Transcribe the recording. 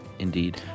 indeed